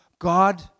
God